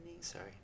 Sorry